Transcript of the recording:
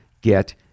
get